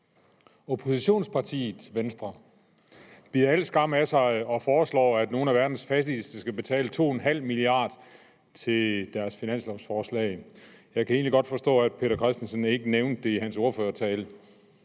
Oppositionspartiet Venstre bider al skam i sig og foreslår, at nogle af verdens fattigste skal betale 2,5 mia. kr. til deres finanslovsforslag. Jeg kan egentlig godt forstå, at hr. Peter Christensen ikke nævnte det i sin ordførertale.